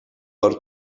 par